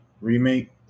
remake